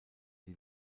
die